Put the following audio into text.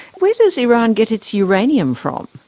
where does iran get its uranium from?